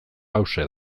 hauxe